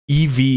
ev